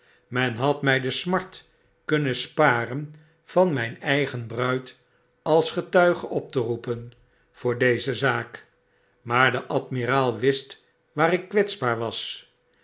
men had my de smart kunnen sparen van myn eigen bruid als getuige op te roepen voor deze zaak maar de admiraal wist waarik kwetsbaar was